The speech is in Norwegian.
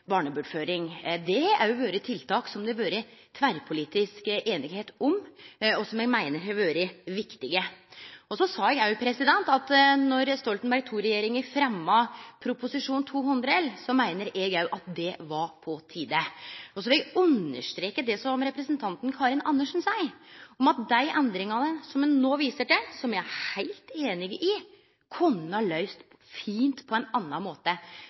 barnebortføring. Det har òg vore tiltak som det har vore tverrpolitisk einigheit om, og som eg meiner har vore viktige. Eg sa òg at då Stoltenberg II-regjeringa fremja Prop. 200 L for 2012–2013, meiner eg òg at det var på tide. Så vil eg understreke det representanten Karin Andersen seier om at dei endringane som ein no viser til, som me er heilt einige i, kunne ha vore løyste fint på ein annan måte.